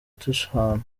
dushwana